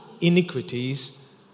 iniquities